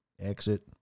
Exit